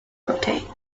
rotate